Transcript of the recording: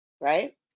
right